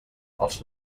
els